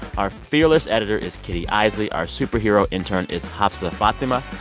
our fearless editor is kitty eisele. our superhero intern is hafsa fathima.